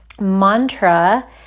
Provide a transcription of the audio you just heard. mantra